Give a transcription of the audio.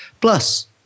Plus